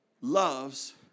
loves